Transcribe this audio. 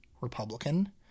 Republican